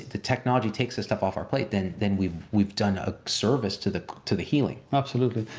the technology takes this stuff off our plate, then then we've we've done a service to the to the healing. absolutely.